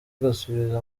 agasubiza